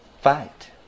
Fight